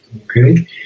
okay